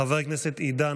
חבר הכנסת טיבי,